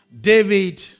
David